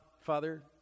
Father